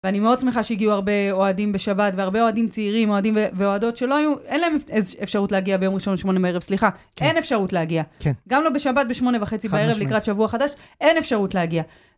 ואני מאוד שמחה שהגיעו הרבה אוהדים בשבת, והרבה אוהדים צעירים, אוהדים ואוהדות, שאין להם איזו אפשרות להגיע ביום ראשון, שמונה בערב. סליחה, אין אפשרות להגיע. כן. גם לא בשבת, בשמונה וחצי בערב לקראת שבוע חדש, אין אפשרות להגיע.